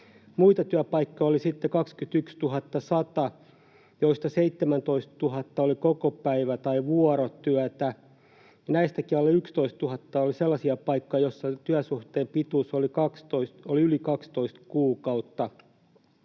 Muita työpaikkoja oli 21 100, joista 17 000 oli kokopäivä‑ tai vuorotyötä. Näistäkin alle 11 000 oli sellaisia paikkoja, joissa työsuhteen pituus oli yli 12 kuukautta.